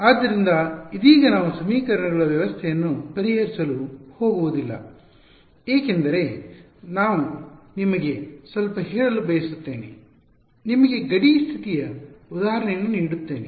ಆದ್ದರಿಂದ ಇದೀಗ ನಾವು ಸಮೀಕರಣಗಳ ವ್ಯವಸ್ಥೆಯನ್ನು ಪರಿಹರಿಸಲು ಹೋಗುವುದಿಲ್ಲ ಏಕೆಂದರೆ ನಾನು ನಿಮಗೆ ಸ್ವಲ್ಪ ಹೇಳಲು ಬಯಸುತ್ತೇನೆ ನಿಮಗೆ ಗಡಿ ಸ್ಥಿತಿಯ ಉದಾಹರಣೆಯನ್ನು ನೀಡುತ್ತೇನೆ